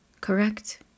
correct